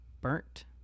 burnt